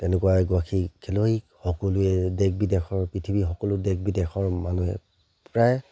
তেনেকুৱাই এগৰাকী খেলুৱৈ সকলোৱে দেশ বিদেশৰ পৃথিৱীৰ সকলো দেশ বিদেশৰ মানুহে প্ৰায়